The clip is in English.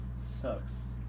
Sucks